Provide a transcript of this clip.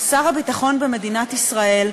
שר הביטחון במדינת ישראל,